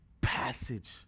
passage